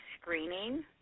screening